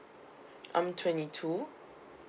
I'm twenty two